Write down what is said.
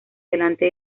delante